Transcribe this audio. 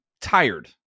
tired